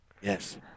Yes